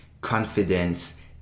confidence